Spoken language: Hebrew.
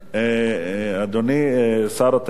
אדוני שר התיירות,